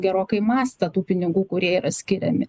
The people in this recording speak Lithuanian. gerokai mastą tų pinigų kurie yra skiriami